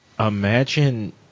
Imagine